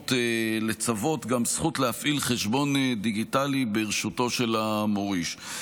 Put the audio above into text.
לצוות גם זכות להפעיל חשבון דיגיטלי שברשותו של המוריש.